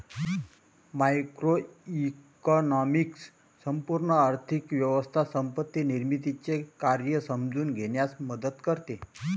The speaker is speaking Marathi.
मॅक्रोइकॉनॉमिक्स संपूर्ण आर्थिक व्यवस्था संपत्ती निर्मितीचे कार्य समजून घेण्यास मदत करते